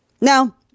now